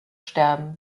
sterben